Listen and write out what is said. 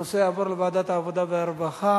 הנושא יעבור לוועדת העבודה והרווחה.